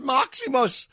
Maximus